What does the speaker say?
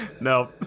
No